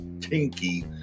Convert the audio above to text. Tinky